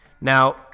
now